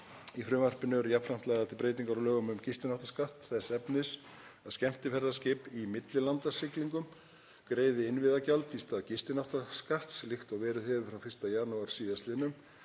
Í frumvarpinu eru jafnframt lagðar til breytingar á lögum um gistináttaskatt þess efnis að skemmtiferðaskip í millilandasiglingum greiði innviðagjald í stað gistináttaskatts líkt og verið hefur frá 1. janúar síðastliðnum.